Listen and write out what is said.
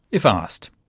if asked.